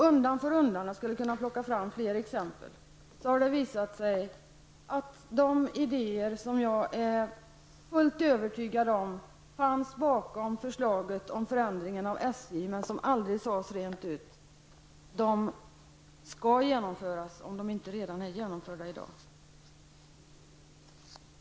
Undan för undan -- jag skulle kunna plocka fram fler exempel -- har det visat sig att de idéer som enligt vad jag är helt övertygad om fanns bakom förslaget om förändringen av SJ men som aldrig framfördes rent ut har genomförts eller skall genomföras.